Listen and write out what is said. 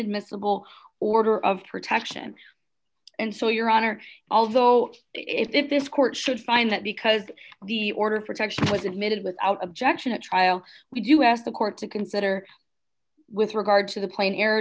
inadmissible order of protection and so your honor although if this court should find that because the order of protection was admitted without objection a trial would you ask the court to consider with regard to the plane